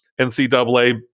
NCAA